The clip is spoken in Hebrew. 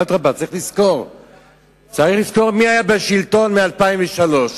אדרבה, צריך לזכור מי היה בשלטון ב-2003,